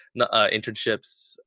internships